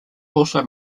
also